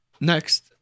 Next